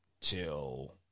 till